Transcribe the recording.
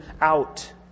out